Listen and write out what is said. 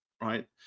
right